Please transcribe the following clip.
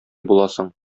буласың